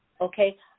okay